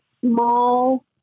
small